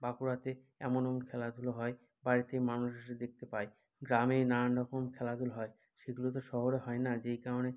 বাঁকুড়াতে এমন এমন খেলাধুলো হয় বাইরে থেকে মানুষ এসে দেখতে পায় গ্রামে নানান রকম খেলাধুলো হয় সেগুলো তো শহরে হয় না যেই কারণে